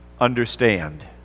understand